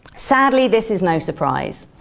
sadly, this is no surprise.